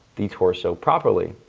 the torso properly,